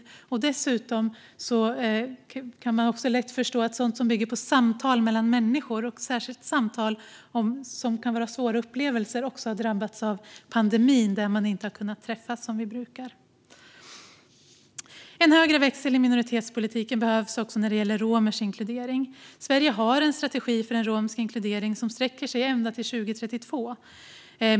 Man kan dessutom lätt förstå att sådant som bygger på samtal mellan människor - särskilt samtal som kan vara svåra upplevelser - har drabbats av pandemin eftersom vi inte har kunnat träffas som vi brukar. En högre växel i minoritetspolitiken behövs också när det gäller romers inkludering. Sverige har en strategi för romsk inkludering som sträcker sig ända till 2032.